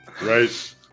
right